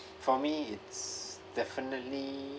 for me it's definitely